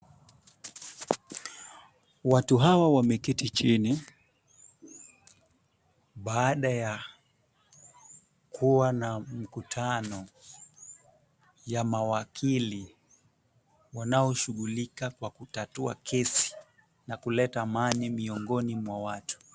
Watu hawa wameketi chini, baada ya kuwa na mkutano ya mawakili, wanaoshughulika kwa kutatua kesi na kuleta amani miongoni mwa watu.